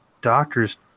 Doctor's